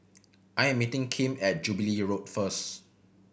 I am meeting Kim at Jubilee Road first